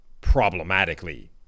problematically